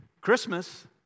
Christmas